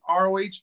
ROH